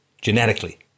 genetically